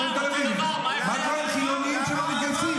כולם חייבים בגיוס.